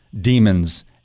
demons